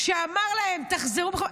תחזרו בכם,